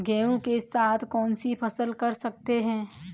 गेहूँ के साथ कौनसी फसल कर सकते हैं?